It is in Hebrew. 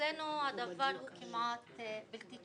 אצלנו הדבר הוא כמעט בלתי-קיים.